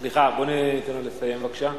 סליחה, בואי ניתן לו לסיים בבקשה.